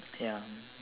ya